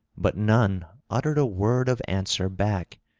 but none uttered a word of answer back.